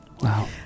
wow